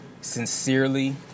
sincerely